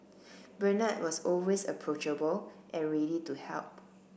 Bernard was always approachable and ready to help